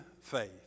faith